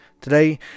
Today